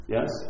Yes